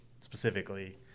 specifically